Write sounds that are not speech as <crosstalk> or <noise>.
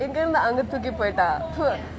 இங்கெருந்து அங்க தூக்கி போட்டா:ingerunthu ange thooki pota <noise>